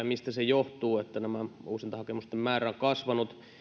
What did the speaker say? mistä se johtuu että näiden uusintahakemusten määrä on kasvanut